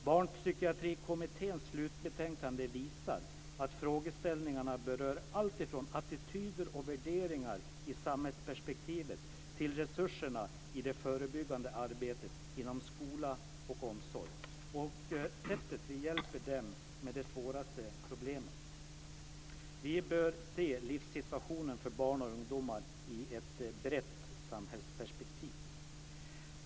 Barnpsykiatrikommitténs slutbetänkande visar att frågeställningarna berör allt från attityder och värderingar i samhällsperspektivet till resurserna i det förebyggande arbetet inom skola och omsorg och sättet vi hjälper dem med de svåraste problemen. Vi bör se livssituationen för barn och ungdomar i ett brett samhällsperspektiv.